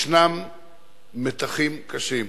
ישנם מתחים קשים.